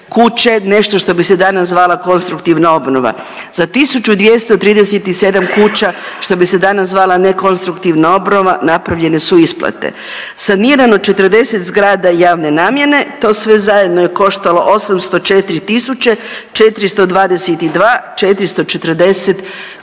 nešto što bi se danas zvala konstruktivna obnova. Za 1237 kuća što bi se danas zvala nekonstruktivna obnova napravljene su isplate. Sanirano 40 zgrada javne namjene. To sve zajedno je koštalo 804 tisuće